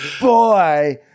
boy